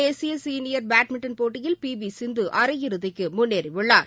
தேசிய senior badminton போட்டியில் P V Sindhu அரையிறதிக்கு முன்னேறி உள்ளார்